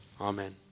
Amen